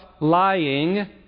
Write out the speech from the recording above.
lying